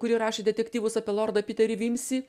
kuri rašė detektyvus apie lordą piterį vimsį